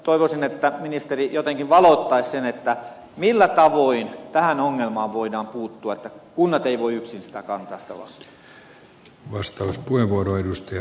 toivoisin että ministeri jotenkin valottaisi sitä millä tavoin tähän ongelmaan voidaan puuttua koska kunnat eivät yksin voi kantaa sitä vastuuta